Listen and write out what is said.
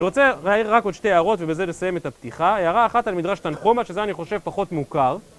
אני רוצה להעיר רק עוד שתי הערות ובזה לסיים את הפתיחה. הערה אחת על מדרש תנחומה, שזה אני חושב פחות מוכר.